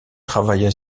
travailla